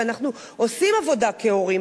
אנחנו עושים עבודה כהורים,